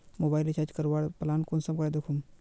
Mobile recharge करवार plan कुंसम करे दखुम?